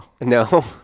no